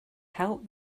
help